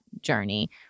journey